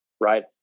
Right